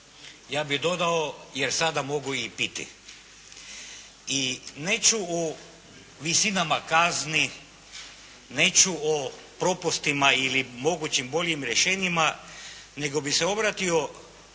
Ja bih dodao, jer sada mogu i piti. I neću o visinama kazni, neću o propustima ili mogućim boljim rješenjima, nego bih se obratio